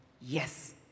Yes